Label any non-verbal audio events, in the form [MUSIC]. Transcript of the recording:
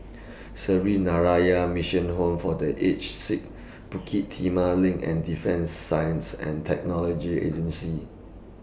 [NOISE] Sree [UNINTELLIGIBLE] Mission Home For The Aged Sick Bukit Timah LINK and Defence Science and Technology Agency